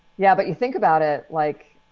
yeah, but you think about it like.